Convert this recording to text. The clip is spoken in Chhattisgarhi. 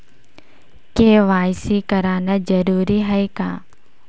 के.वाई.सी कराना जरूरी है का?